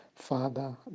Father